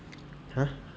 !huh!